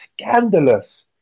scandalous